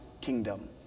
kingdom